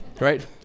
right